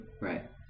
right